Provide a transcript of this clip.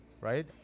right